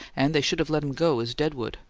and they should have let him go as dead wood,